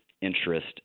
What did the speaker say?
interest